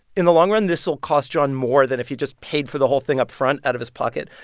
in the long run, this will cost john more than if he just paid for the whole thing upfront out of his pocket,